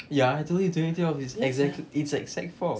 ya twenty twenty it's exactly it's like sec four